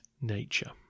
nature